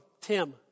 Tim